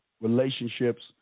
relationships